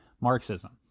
Marxism